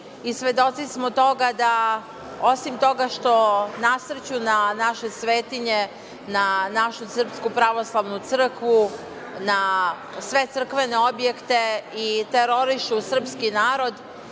I svedoci smo toga da osim toga što nasrću na naše svetinje, na našu Srpsku pravoslavnu crkvu, na sve crkvene objekte i terorišu srpski narod,